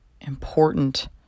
important